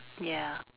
ya